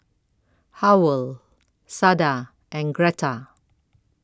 Howell Sada and Greta